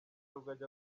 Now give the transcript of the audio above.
rugagi